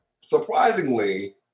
surprisingly